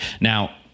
Now